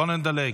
בואו נדלג.